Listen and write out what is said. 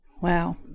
Wow